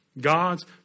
God's